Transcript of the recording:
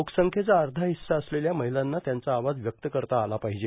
लोकसंख्येचा अर्धा हिस्सा असलेल्या महिलांना त्यांचा आवाज व्यक्त करता आला पाहिजे